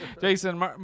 Jason